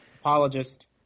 Apologist